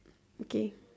okay